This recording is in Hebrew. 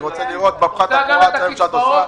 אני רוצה לראות בפחת המואץ שאת עושה את זה,